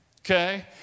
okay